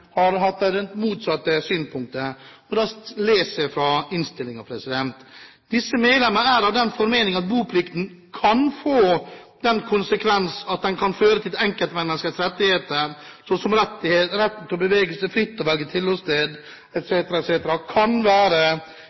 har hatt det motsatte synspunktet. Jeg leser fra innstillingen: «Disse medlemmer er av den formening at boplikten kan få den konsekvens at den kan føre til at enkeltmenneskets rettigheter, så som retten til å bevege seg fritt og velge tilholdssted», etc., blir krenket. Det kan være